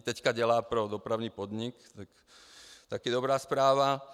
Teďka dělá pro Dopravní podnik, taky dobrá zpráva.